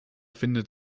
findet